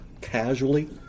casually